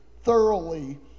thoroughly